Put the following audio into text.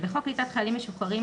18ג1. בחוק קליטת חיילים משוחררים,